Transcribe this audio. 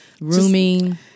rooming